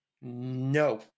No